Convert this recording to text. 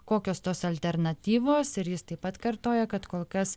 kokios tos alternatyvos ir jis taip pat kartoja kad kol kas